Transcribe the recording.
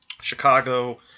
Chicago